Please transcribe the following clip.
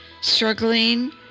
struggling